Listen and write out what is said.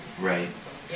right